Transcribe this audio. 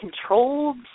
controlled